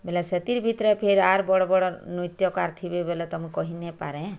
ବେଲେ ସେଥିର୍ ଭିତ୍ରେ ଫେର୍ ଆର୍ ବଡ଼ ବଡ଼ ନୃତ୍ୟକାର ଥିବେ ବେଲେ ତ ମୁଁ କହି ନେଇଁ ପାରେ